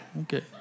okay